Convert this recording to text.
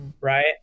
right